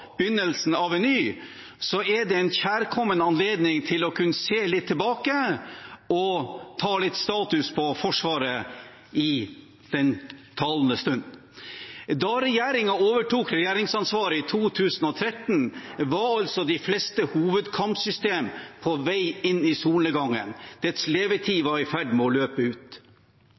begynnelsen av en ny, er det en kjærkommen anledning til å kunne se litt tilbake og gjøre opp litt status for Forsvaret i talende stund. Da regjeringen overtok regjeringsansvaret i 2013, var de fleste hovedkampsystemer på vei inn i solnedgangen. Deres levetid var i ferd med å løpe ut.